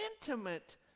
intimate